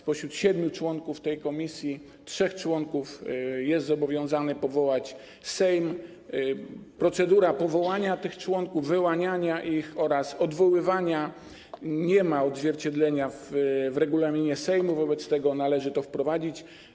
Spośród siedmiu członków tej komisji trzech członków jest zobowiązany powołać Sejm, a procedura powołania tych członków, wyłaniania ich oraz odwoływania nie ma odzwierciedlenia w regulaminie Sejmu, wobec tego należy to wprowadzić.